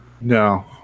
No